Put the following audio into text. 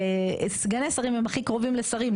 סגני שרים הם הכי קרובים לשרים,